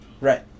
Right